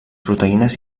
proteïnes